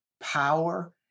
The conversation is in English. power